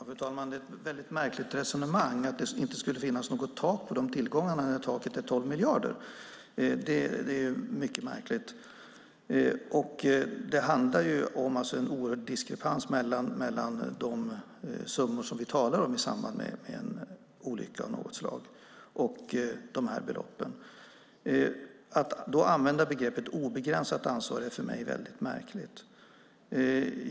Fru talman! Det är ett mycket märkligt resonemang att det inte skulle finnas något tak på tillgångarna när taket är 12 miljarder. Det handlar om en oerhörd diskrepans mellan de summor som vi talar om i samband med en olycka av något slag och de här beloppen. Att då använda begreppet "obegränsat ansvar" tycker jag är märkligt.